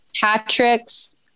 Patrick's